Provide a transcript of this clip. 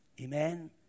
Amen